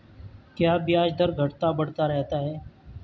क्या ब्याज दर घटता बढ़ता रहता है?